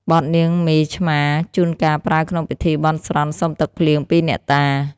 បទនាងមេឆ្មា ជួនកាលប្រើក្នុងពិធីបន់ស្រន់សុំទឹកភ្លៀងពីអ្នកតា។